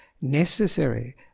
necessary